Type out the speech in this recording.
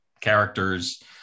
characters